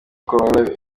corolla